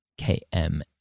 KM